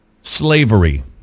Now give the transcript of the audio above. slavery